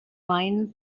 mind